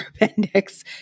appendix